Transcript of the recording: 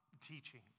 teaching